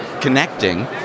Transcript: connecting